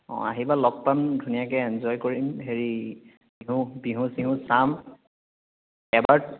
অ' আহিবা লগ পাম ধুনীয়াকৈ এঞ্জয় কৰিম হেৰি বিহু বিহু চিহু চাম এবাৰ